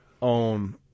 on